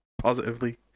Positively